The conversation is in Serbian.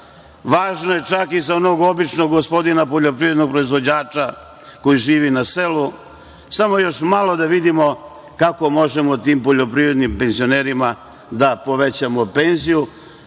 važno je čak i za onog običnog gospodina poljoprivrednog proizvođača koji živi na selu. Samo još malo da vidimo kako možemo tim poljoprivrednim penzionerima da povećamo penziju.